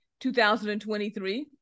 2023